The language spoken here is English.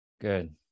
good